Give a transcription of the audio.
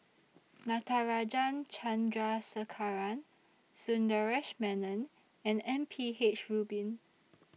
Natarajan Chandrasekaran Sundaresh Menon and M P H Rubin